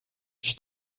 j’y